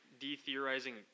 de-theorizing